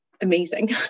amazing